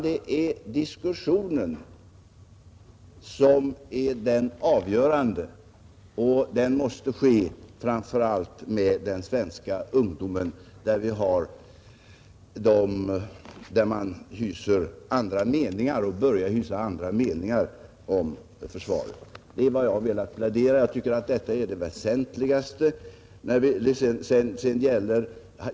Det är diskussionen som är det avgörande. Och den diskussionen måste framför allt ske med den svenska ungdomen, som börjat hysa andra meningar om försvaret. Jag tycker att detta är det väsentligaste.